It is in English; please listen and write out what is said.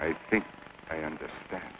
i think i understand